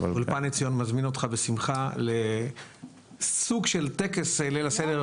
אולפן עציון מזמין אותך בשמחה לסוג של טקס ליל הסדר,